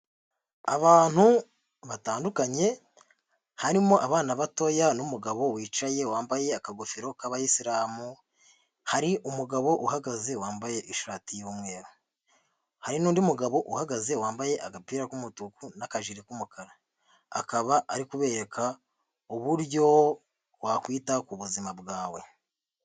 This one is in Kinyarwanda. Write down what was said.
Abantu batandukanye harimo abana batoya n'umugabo wicaye wambaye akagofero k'abayisilamu, hari umugabo uhagaze wambaye ishati y'umweru, hari n'undi mugabo uhagaze wambaye agapira k'umutuku n'akajiri k'umukara akaba ari kubereka uburyo wakwita ku buzima bwawe.